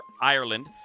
Ireland